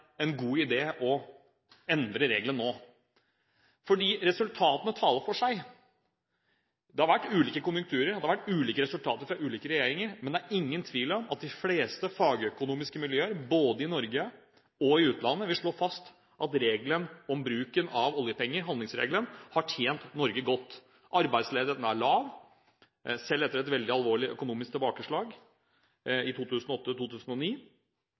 en god idé å endre regelen nå, for resultatene taler for seg. Det har vært ulike konjunkturer, det har vært ulike resultater fra ulike regjeringer, men det er ingen tvil om at de fleste fagøkonomiske miljøer både i Norge og i utlandet vil slå fast at regelen om bruken av oljepenger, handlingsregelen, har tjent Norge godt. Arbeidsledigheten er lav, selv etter et veldig alvorlig økonomisk tilbakeslag i